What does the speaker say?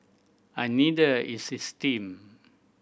and neither is his team